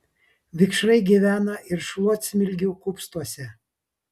vikšrai gyvena ir šluotsmilgių kupstuose